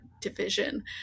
division